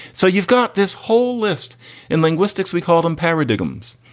so you've got this whole list in linguistics. we call them paradigms.